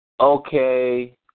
Okay